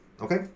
okay